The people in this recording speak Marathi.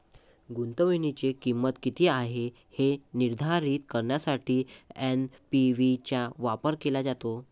गुंतवणुकीची किंमत किती आहे हे निर्धारित करण्यासाठी एन.पी.वी चा वापर केला जातो